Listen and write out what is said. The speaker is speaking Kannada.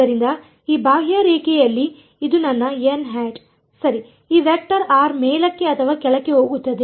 ಆದ್ದರಿಂದ ಈ ಬಾಹ್ಯರೇಖೆಯಲ್ಲಿ ಇದು ನನ್ನ ಸರಿ ಈ ವೆಕ್ಟರ್ ಆರ್ ಮೇಲಕ್ಕೆ ಅಥವಾ ಕೆಳಕ್ಕೆ ಹೋಗುತ್ತದೆ